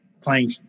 playing